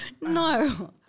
no